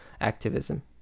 activism